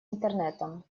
интернетом